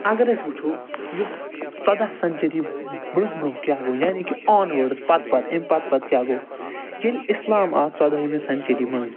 اگر أسۍ وُچھَو یُس ژۄداہ سنچری برونٛہہ برونٛہہ کیٛاہ گوٚو یعنی کہ آن وٲڈٕس پتہٕ پتہٕ أمۍ پتہٕ پتہٕ کیٛاہ گوٚو ییٚلہِ اِسلام آو ژۄدٲہمہِ سنچری منٛز